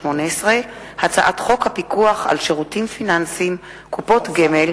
הצעת חוק עובדים זרים (תיקון,